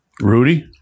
Rudy